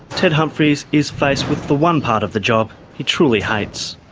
ted humphries is faced with the one part of the job he truly hates.